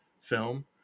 film